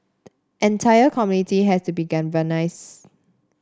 entire community has to be galvanise